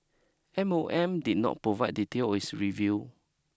M O M did not provide details of its review